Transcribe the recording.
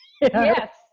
Yes